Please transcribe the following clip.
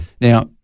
Now